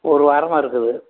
ஒரு வாரமாக இருக்குது